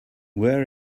where